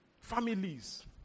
Families